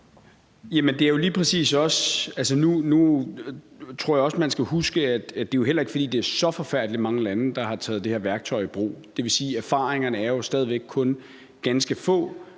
(Peter Hummelgaard): Altså, nu tror jeg også, man skal huske, at det jo heller ikke er, fordi der er så forfærdelig mange lande, der har taget det her værktøj i brug, og det vil jo sige, at erfaringerne stadig væk kun er ganske få